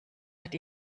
hat